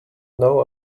know